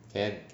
can